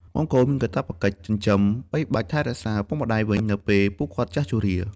កូនៗមានកាតព្វកិច្ចចិញ្ចឹមបីបាច់ថែរក្សាឪពុកម្តាយវិញនៅពេលពួកគាត់ចាស់ជរា។